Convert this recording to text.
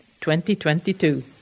2022